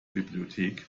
bibliothek